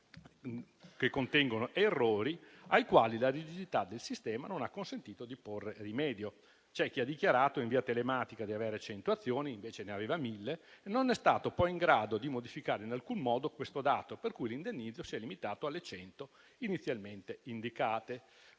che contengono errori ai quali la rigidità del sistema non ha consentito di porre rimedio. C'è chi ha dichiarato in via telematica di avere 100 azioni; invece ne aveva mille, ma non è stato in grado di modificare in alcun modo questo dato, per cui l'indennizzo si è limitato alle 100 inizialmente indicate.